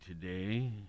today